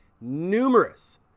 numerous